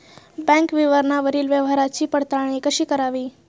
Bank विवरणावरील व्यवहाराची पडताळणी कशी करावी?